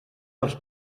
dels